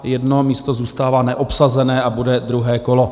Jedno místo zůstává neobsazené a bude druhé kolo.